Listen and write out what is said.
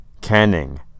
Canning